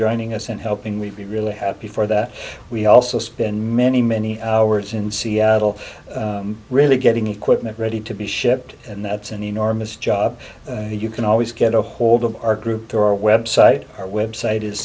joining us and helping we'd be really happy for that we also spend many many hours in seattle really getting equipment ready to be shipped and that's an enormous job that you can always get ahold of our group through our website our website is